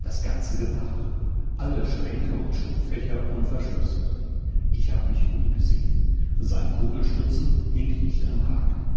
das ganze gemach alle schränke und schubfächer unverschlossen ich hab mich umgesehen sein kugelstutzen hing nicht am haken